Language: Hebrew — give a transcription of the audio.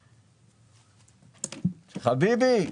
חביבי,